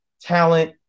talent